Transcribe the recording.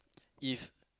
if